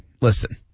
listen